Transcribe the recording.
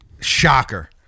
Shocker